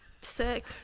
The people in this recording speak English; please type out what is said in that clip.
Sick